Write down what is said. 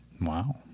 Wow